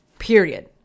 Period